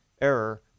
error